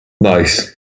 Nice